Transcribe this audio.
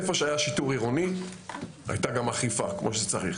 איפה שהיה שיטור עירוני הייתה גם אכיפה כמו שצריך